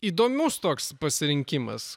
įdomus toks pasirinkimas